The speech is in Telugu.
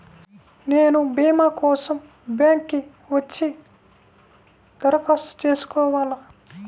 నేను భీమా కోసం బ్యాంక్కి వచ్చి దరఖాస్తు చేసుకోవాలా?